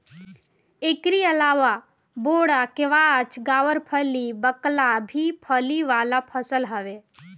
एकरी अलावा बोड़ा, केवाछ, गावरफली, बकला भी फली वाला फसल हवे